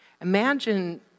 Imagine